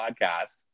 podcast